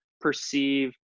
perceive